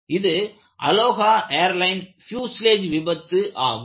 இது Aloha airline fuselage விபத்து ஆகும்